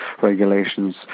regulations